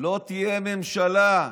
לא תהיה ממשלה.